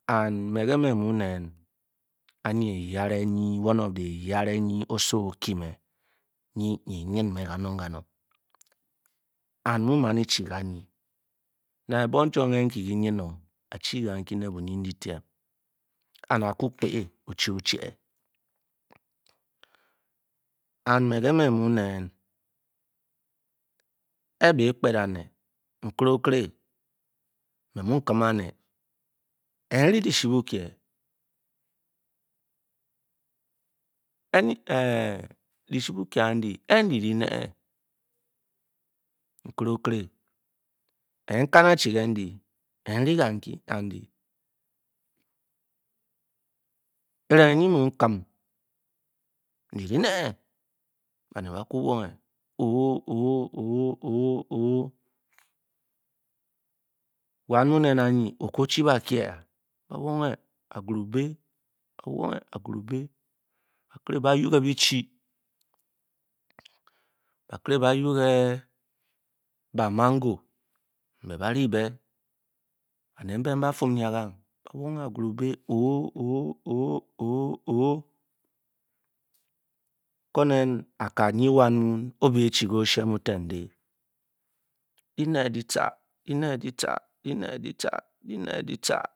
And mé ké me my inen anyi eyare one of the eyare nyi osowo ōkime nyi-nyi e-nyn me kanong-kanong and mu ma’ ne e-chi kanyi nang ebong chwom ke’ nkgi nyn-o a’chi kankyi ne bunindi dyme and a’kugpéé o-ché-o che and me ke mu nen, ke’ be kpet a’ne’ nkere okēré mé mu kim a’ue eri di shi bukie, dishi bukie andyi ka’ dyi-di néé nkere nkau a|chi ke ndyi e ryi ka ndyi kerang n’wu kim ndi di néé bauet bakú wunge ō-ō wan mu nen a nyi oku’ o-chi bakie á ba wunge agbubi, bákéré ba’yu-ke bi-chi bakéré be yuke mango mbé baáre bé banet nben bafun nya kang, ba’ wunge-o-o kwan a’kaad nyi wan o’bé chi ke o-shee mu-ten dé di néé diycha, di néé dyina